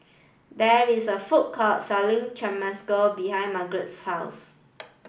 there is a food court selling Chimichanga behind Margarett's house